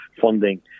funding